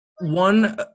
One